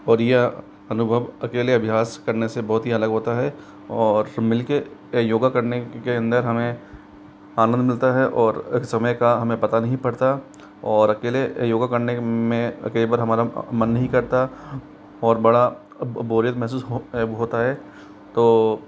और यह अनुभव अकेले अभ्यास करने से बहुत ही अलग होता है और मिलके योगा करने के अंदर हमें आनंद मिलता है और एक समय का हमें पता नहीं पड़ता और अकेले योगा करने में कई बार हमारा मन नहीं करता और बड़ा बोरियत महसूस होता है तो